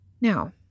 now